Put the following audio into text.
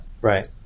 Right